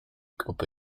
gruppe